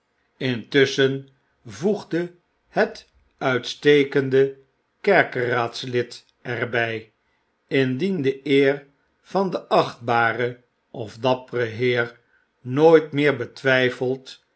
intusschen voegde het uitstekende kerkeraadslid er by indien de eer van den achtbaren of dapperen heer nooit meer betwijfeld